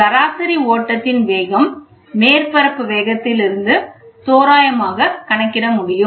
சராசரி ஓட்டத்தின் வேகம் மேற்பரப்பு வேகத்திலிருந்து தோராயமாக கணக்கிட முடியும்